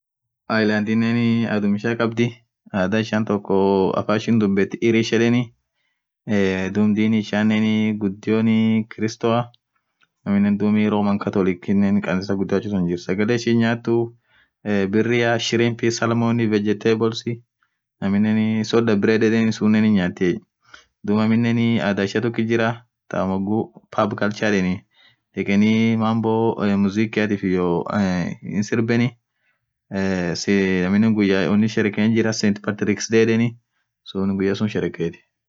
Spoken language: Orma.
Islandinen adhum ishia khabdhii adhaa ishian toko afan ishin dhubethu irish yedheni ee dhub dini ishianen ghudion kristoa aminen dhub roman Catholic kanisa ghudio achisun jira sagale ishin nyathu birria shirin peas shalmonii vegetables aminen soda bread yedheni sunen hin nyathiye dhub aminen adhaa ishia tokoti jira thaa moghu pap culture yedheni dhekeni mambo mzikiathif iyoo ee hin sirbenii eee aminen guyya uni shereken Jira cent patricks day yedheni suun guyya sunn shereketi